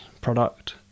product